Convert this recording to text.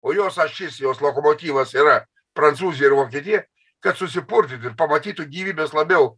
o jos ašis jos lokomotyvas yra prancūzija ir vokietija kad susipurtyt ir pamatytų gyvybės labiau